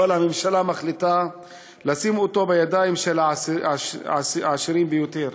אבל הממשלה מחליטה לשים אותו בידיים של העשירים ביותר.